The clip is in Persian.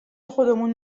خودمون